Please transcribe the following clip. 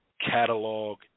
catalog